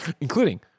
including